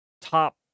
top